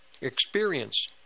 experience